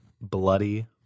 Bloody